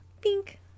Pink